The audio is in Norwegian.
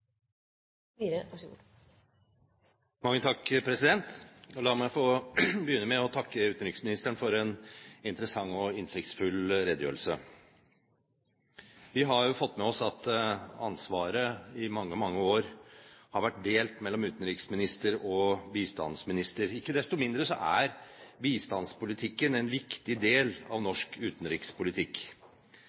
innsiktsfull redegjørelse. Vi har fått med oss at ansvaret i mange, mange år har vært delt mellom utenriksminister og bistandsminister. Ikke desto mindre er bistandspolitikken en viktig del av norsk utenrikspolitikk.